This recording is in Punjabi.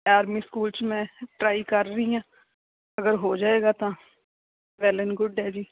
ਆਰਮੀ ਸਕੂਲ 'ਚ ਮੈਂ ਟਰਾਈ ਕਰ ਰਹੀ ਹਾਂ ਅਗਰ ਹੋ ਜਾਏਗਾ ਤਾਂ ਵੈੱਲ ਐਨ ਗੁੱਡ ਹੈ ਜੀ